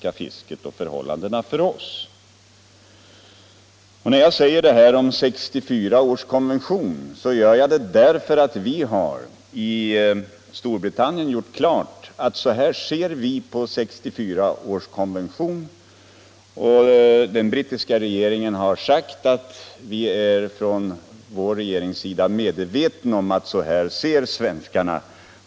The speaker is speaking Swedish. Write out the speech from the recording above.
Mitt uttalande beträffande 1964 års konvention grundar sig på att vi i Storbritannien har klargjort hur vi ser på denna konvention och att den brittiska regeringen därvid förklarat sig vara medveten om våra synpunkter.